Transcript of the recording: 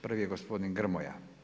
Prvi je gospodin Grmoja.